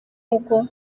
uko